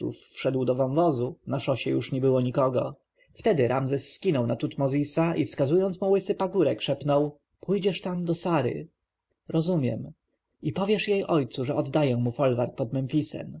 do wąwozu na szosie już nie było nikogo wtedy ramzes skinął na tutmozisa i wskazując mu łysy pagórek szepnął pójdziesz tam do sary rozumiem i powiesz jej ojcu że oddaję mu folwark pod memfisem